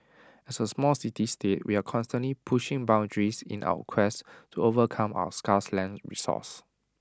as A small city state we are constantly pushing boundaries in our quest to overcome our scarce land resource